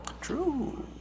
True